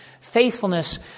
Faithfulness